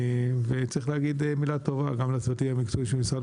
וצריך להגיד מילה טובה גם לצוותים המקצועיים של משרד